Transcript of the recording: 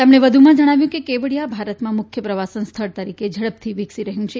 તેમણે વધુમાં જણાવ્યું કે કેવડીયા ભારતમાં મુખ્ય પ્રવાસન સ્થળ તરીકે ઝડપથી વિકસી રહયું છે